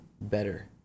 better